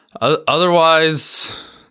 Otherwise